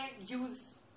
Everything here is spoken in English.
use